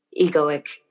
egoic